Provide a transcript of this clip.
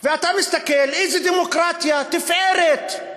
ואתה מסתכל: איזו דמוקרטיה, תפארת,